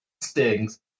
stings